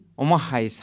omahai